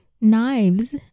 knives